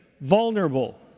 vulnerable